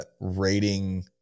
rating